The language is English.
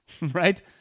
right